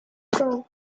song